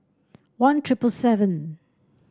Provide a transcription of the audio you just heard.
one thiple seven